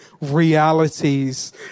realities